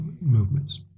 movements